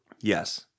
Yes